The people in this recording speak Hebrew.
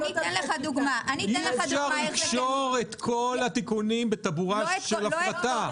אי אפשר לקשור את כל התיקונים בטבורה של הפרטה.